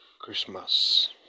Christmas